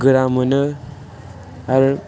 गोरा मोनो आरो